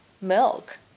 milk